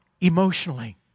emotionally